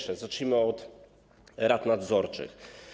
Zacznijmy od rad nadzorczych.